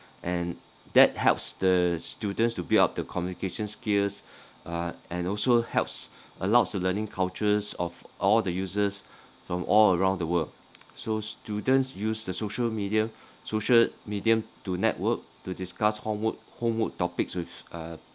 and that helps the student to build up the communication skills uh and also helps allows learning cultures of all the users from all around the world so students use the social media social media to network to discuss homework homework topics with uh